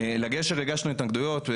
לגשר הגשנו התנגדויות,